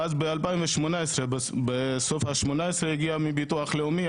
ואז ב-2018 בסוף השנה הגיע מביטוח לאומי,